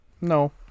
No